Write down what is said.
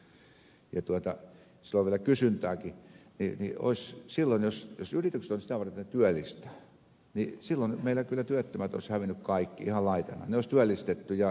jos yritykset olisivat sitä varten että ne työllistävät niin silloin meillä kyllä työttömät olisivat hävinneet kaikki ihan laitanaan ja heidät olisi työllistetty ja meillä olisi varmasti voitu myydä paljon enemmän tavaroita tuonne maailmaan